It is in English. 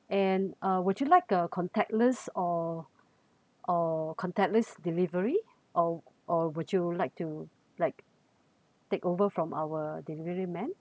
and uh would you like a contactless or or contactless delivery or or would you like to like take over from our delivery man